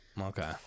okay